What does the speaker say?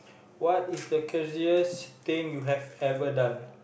what is the craziest thing you have ever done